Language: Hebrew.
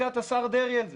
זכינו לברכת השר דרעי על כך.